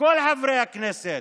כל חברי הכנסת.